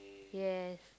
yes